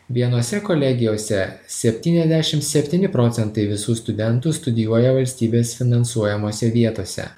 vienose kolegijose septyniasdešim septyni procentai visų studentų studijuoja valstybės finansuojamose vietose